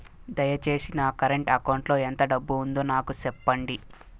దయచేసి నా current account లో ఎంత డబ్బు ఉందో నాకు సెప్పండి